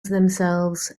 themselves